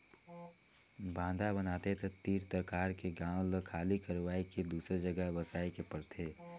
बांधा बनाथे त तीर तखार के गांव ल खाली करवाये के दूसर जघा बसाए के परथे